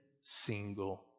single